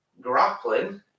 grappling